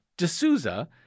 D'Souza